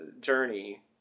journey